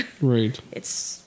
Right